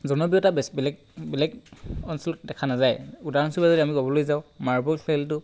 জনপ্ৰিয়তা বেছি বেলেগ বেলেগ অঞ্চলত দেখা নাযায় উদাহৰণস্বৰূপে যদি আমি ক'বলৈ যাওঁ মাৰ্বল খেলটো